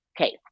Okay